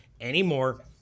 anymore